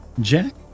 Jack